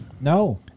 no